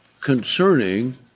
concerning